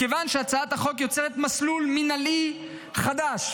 מכיוון שהצעת החוק יוצרת מסלול מינהלי חדש